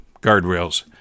guardrails